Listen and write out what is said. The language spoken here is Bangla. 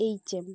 এইচএম